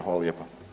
Hvala lijepa.